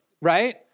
Right